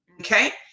Okay